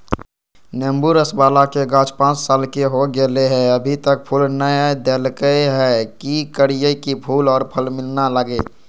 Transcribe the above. नेंबू रस बाला के गाछ पांच साल के हो गेलै हैं अभी तक फूल नय देलके है, की करियय की फूल और फल मिलना लगे?